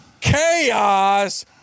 Chaos